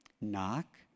Knock